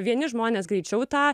vieni žmonės greičiau tą